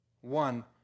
one